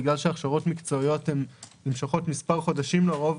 בגלל שהכשרות מקצועיות נמשכות מספר חודשים לרוב,